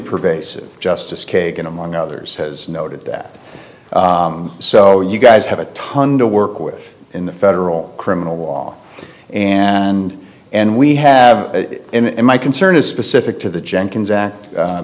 pervasive justice kagan among others has noted that so you guys have a ton to work with in the federal criminal law and and we have and my concern is specific to the